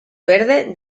verde